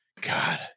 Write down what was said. God